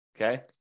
Okay